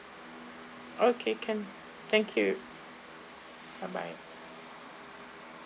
okay can thank you bye bye